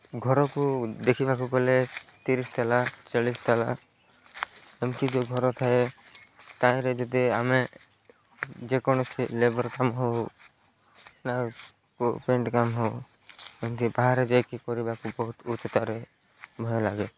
ଘରକୁ ଦେଖିବାକୁ ଗଲେ ତିରିଶ ତାଲା ଚାଳିଶ ତାଲା ଏମିତି ଯେଉଁ ଘର ଥାଏ ତାହିଁରେ ଯଦି ଆମେ ଯେକୌଣସି ଲେବର୍ କାମ ହେଉ ନା କେଉଁ ପେଣ୍ଟ୍ କାମ ହେଉ ଏମିତି ବାହାରେ ଯାଇକି କରିବାକୁ ବହୁତ ଉଚ୍ଚତାରେ ଭୟ ଲାଗେ